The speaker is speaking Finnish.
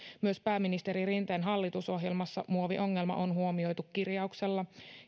myös pääministeri rinteen hallitusohjelmassa muoviongelma on huomioitu kirjauksella